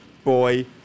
Boy